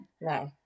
No